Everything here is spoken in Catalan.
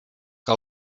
que